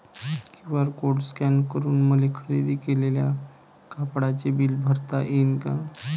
QR code scan करून मले खरेदी केलेल्या कापडाचे बिल भरता यीन का?